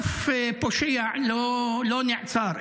אף פושע לא נעצר.